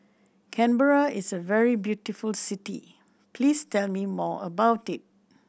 Canberra is a very beautiful city please tell me more about it